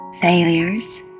failures